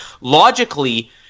logically